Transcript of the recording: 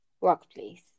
Workplace